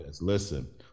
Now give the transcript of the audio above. Listen